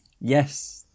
yes